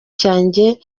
cyane